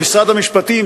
למשרד המשפטים,